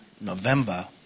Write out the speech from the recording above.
November